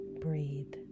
breathe